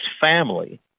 family